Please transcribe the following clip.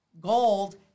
gold